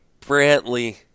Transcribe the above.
brantley